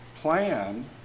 plan